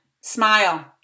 Smile